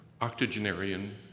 octogenarian